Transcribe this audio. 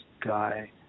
guy